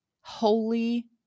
Holy